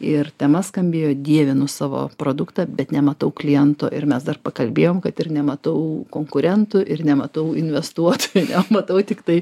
ir tema skambėjo dievinu savo produktą bet nematau kliento ir mes dar pakalbėjom kad ir nematau konkurentų ir nematau investuotojo matau tiktai